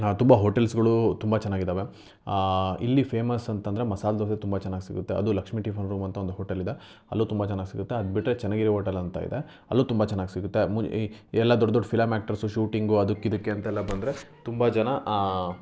ತುಂಬ ಹೋಟೆಲ್ಸ್ಗಳು ತುಂಬ ಚೆನ್ನಾಗಿದಾವೆ ಇಲ್ಲಿ ಫೇಮಸ್ ಅಂತ ಅಂದರೆ ಮಸಾಲೆ ದೋಸೆ ತುಂಬ ಚೆನ್ನಾಗಿ ಸಿಗುತ್ತೆ ಅದು ಲಕ್ಷ್ಮೀ ಟಿಫನ್ ರೂಮ್ ಅಂತ ಒಂದು ಹೋಟೆಲ್ ಇದೆ ಅಲ್ಲೂ ತುಂಬ ಚೆನ್ನಾಗಿ ಸಿಗುತ್ತೆ ಅದು ಬಿಟ್ಟರೆ ಚನ್ನಗಿರಿ ಓಟೆಲ್ ಅಂತ ಇದೆ ಅಲ್ಲೂ ತುಂಬ ಚೆನ್ನಾಗಿ ಸಿಗುತ್ತೆ ಮು ಈ ಎಲ್ಲ ದೊಡ್ಡ ದೊಡ್ಡ ಫಿಲಮ್ ಆ್ಯಕ್ಟರ್ಸ್ ಶೂಟಿಂಗು ಅದಕ್ಕೆ ಇದಕ್ಕೆ ಅಂತ ಎಲ್ಲ ಬಂದರೆ ತುಂಬ ಜನ